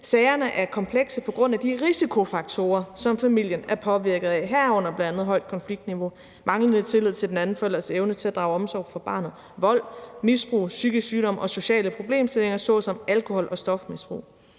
Sagerne er komplekse på grund af de risikofaktorer, som familien er påvirket af, herunder bl.a. højt konfliktniveau, manglende tillid til den anden forælders evne til at drage omsorg for barnet, vold, misbrug, psykisk sygdom og sociale problemstillinger såsom alkohol- og stofmisbrug.